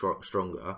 stronger